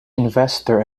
investor